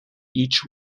each